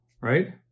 Right